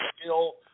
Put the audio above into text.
skill